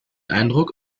eindruck